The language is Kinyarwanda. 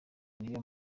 niyo